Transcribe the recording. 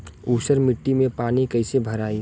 ऊसर मिट्टी में पानी कईसे भराई?